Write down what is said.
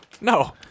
No